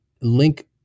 Link